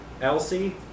Elsie